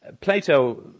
Plato